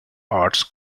arts